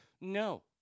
No